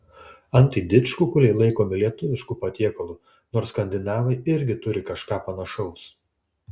antai didžkukuliai laikomi lietuvišku patiekalu nors skandinavai irgi turi kažką panašaus